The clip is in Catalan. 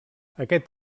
aquest